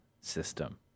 system